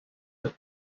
that